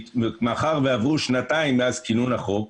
עברו שנתיים מכינון החוק,